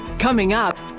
coming up.